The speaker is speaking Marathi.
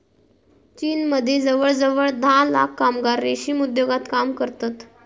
चीनमदी जवळजवळ धा लाख कामगार रेशीम उद्योगात काम करतत